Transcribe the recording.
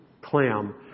clam